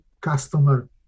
customer